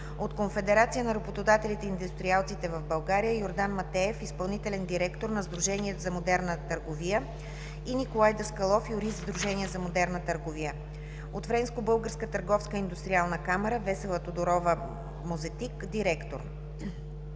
от Конфедерация на работодателите и индустриалците в България Йордан Матеев – изпълнителен директор на Сдружение за модерна търговия, и Николай Даскалов – юрист в Сдружение за модерна търговия; от Френско-българска търговска и индустриална камара Весела Тодорова-Мозетиг – директор;